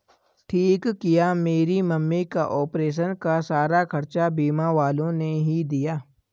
ठीक किया मेरी मम्मी का ऑपरेशन का सारा खर्चा बीमा वालों ने ही दिया